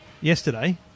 Yesterday